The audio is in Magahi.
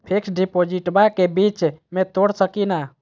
फिक्स डिपोजिटबा के बीच में तोड़ सकी ना?